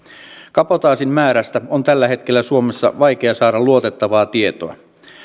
kabotaasin määrästä on tällä hetkellä suomessa vaikea saada luotettavaa tietoa